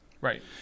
Right